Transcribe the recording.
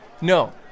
No